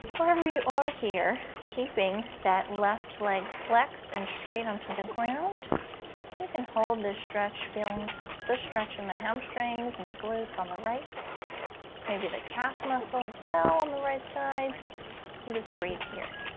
wherever you are here keeping that left leg flexed and straight onto the ground you can hold this stretch feeling the stretch in the hamstrings and the gluts on the right maybe the calf muscle as well on the right side and just breathe here